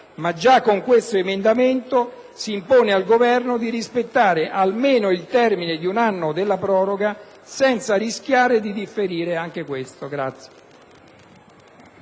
ma già con questo emendamento si impone al Governo di rispettare almeno il termine di un anno della proroga senza rischiare di oltrepassare anche questo.